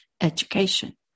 education